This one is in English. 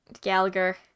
Gallagher